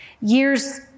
Years